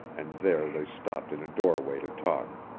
and there they stopped in a doorway to talk.